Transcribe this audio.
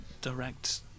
direct